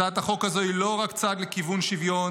הצעת החוק הזאת היא לא רק צעד לכיוון שוויון,